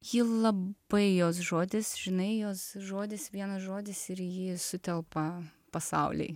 ji labai jos žodis žinai jos žodis vienas žodis ir į jį sutelpa pasauliai